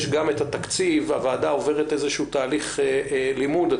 יש גם את התקציב והוועדה עוברת איזשהו תהליך לימוד.